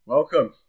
Welcome